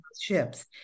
ships